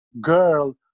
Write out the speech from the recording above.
girl